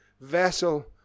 vessel